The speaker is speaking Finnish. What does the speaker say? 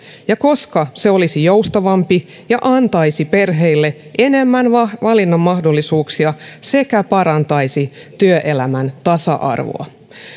ja koska se olisi joustavampi ja antaisi perheille enemmän valinnanmahdollisuuksia sekä parantaisi työelämän tasa arvoa